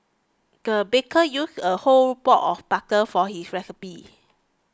the baker used a whole block of butter for this recipe